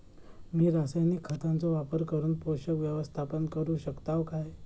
मी रासायनिक खतांचो वापर करून पोषक व्यवस्थापन करू शकताव काय?